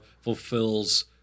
fulfills